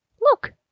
Look